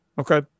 okay